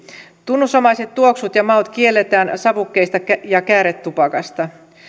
tunnusomaiset tuoksut ja maut kielletään savukkeista ja kääretupakasta